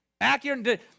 Accurate